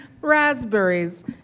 raspberries